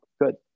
Good